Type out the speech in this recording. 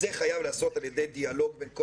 זה חייב להיעשות על ידי דיאלוג בין כל